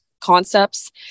concepts